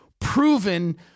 proven